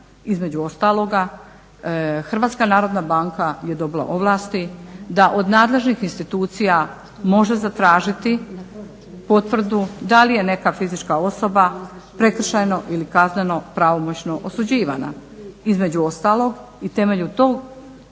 između ostaloga HNB je dobila ovlasti da od nadležnih institucija može zatražiti potvrdu da li je neka fizička osoba prekršajno ili kazneno pravomoćno osuđivana. Između ostalog i temeljem te